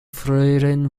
früheren